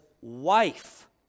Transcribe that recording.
wife